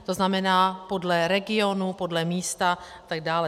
To znamená podle regionu, podle místa a tak dále.